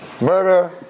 murder